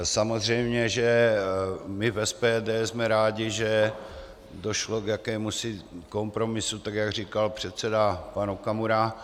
Samozřejmě že my v SPD jsme rádi, že došlo k jakémusi kompromisu, tak jak říkal předseda pan Okamura.